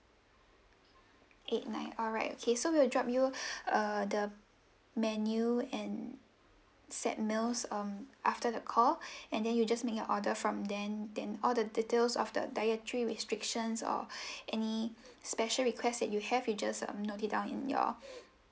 eight nine alright okay so we'll drop you uh the menu and set meals um after the call and then you just make your order from then then all the details of the dietary restrictions or any special request that you have you just um note it down in your